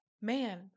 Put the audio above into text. man